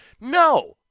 No